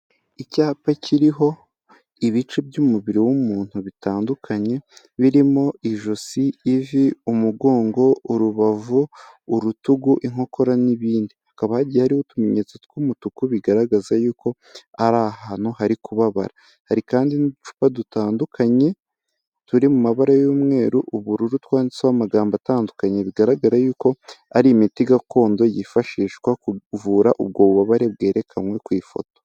Icyapa kiriho ibice by'umubiri w'umuntu bitandukanye birimo ijosi ivi umugongo urubavu urutugu inkokora n'ibindi hakaba hagiye hariho utumenyetso tw'umutuku bigaragaza y’uko ari ahantu hari kubabara hari kandi n'uducupa dutandukanye turi mu mabara y'umweru ubururu twanditseho amagambo atandukanye bigaragara y’uko ari imiti gakondo yifashishwa kuvura ubwo bubabare bwerekanwe ku ifoto.